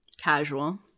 casual